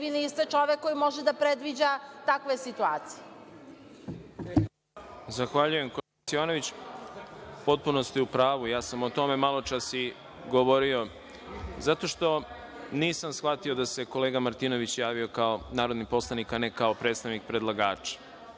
vi niste čovek koji može da predviđa takve situacije. **Đorđe Milićević** Zahvaljujem koleginice Jovanović. Potpuno ste u pravu. O tome sam maločas govorio. Zato što nisam shvatio da se kolega Martinović javio kao narodni poslanik, a ne kao predstavnik predlagača.